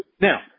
Now